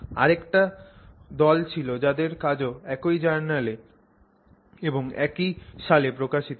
আরেকটা দল ছিল যাদের কাজ ও একই জার্নালে এবং একি সালে প্রকাশিত হয়